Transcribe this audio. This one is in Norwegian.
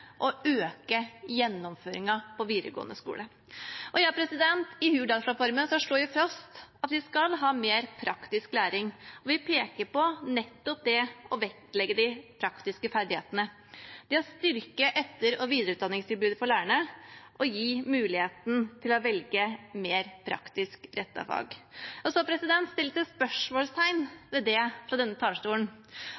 øke gjennomføringen i videregående skole. I Hurdalsplattformen slår vi fast at vi skal ha mer praktisk læring, og vi peker på nettopp det å vektlegge de praktiske ferdighetene, det å styrke etter- og videreutdanningstilbudet til lærerne, og det å gi muligheten til å velge mer praktisk rettede fag. Så